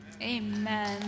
Amen